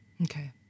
Okay